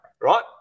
right